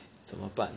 怎么办